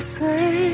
say